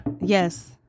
yes